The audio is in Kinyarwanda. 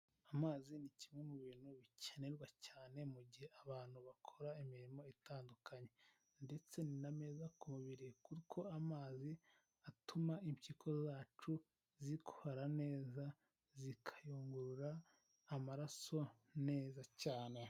Amazi ni kimwe mu bintu bikenerwa cyane mu gihe abantu bakora imirimo itandukanye ndetse ni na meza ku mubiri kuko amazi atuma impyiko zacu zikora neza, zikayungurura amaraso neza cyane.